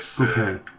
Okay